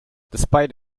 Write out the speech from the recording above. despite